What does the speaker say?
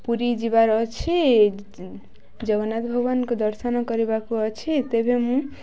ପୁରୀ ଯିବାର ଅଛି ଜଗନ୍ନାଥ ଭଗବାନଙ୍କୁ ଦର୍ଶନ କରିବାକୁ ଅଛି ତେବେ ମୁଁ